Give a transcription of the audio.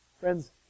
Friends